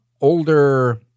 older